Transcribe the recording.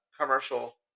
commercial